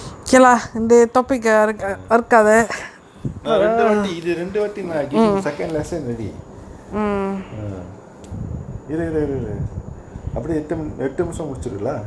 நா ரெண்டு வாட்டி இது ரெண்டு வாட்டி நா:naa rendu vaati ithu rendu vaati naa give him second lesson already err இரு இரு இரு அப்புடியே எட்டு எட்டு நிமிஷோ முடிச்சிரு:iru iru iru appudiyae ettu ettu nimisho mudichiru lah